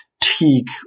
teak